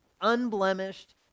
unblemished